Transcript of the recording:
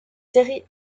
séries